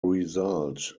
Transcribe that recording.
result